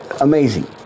amazing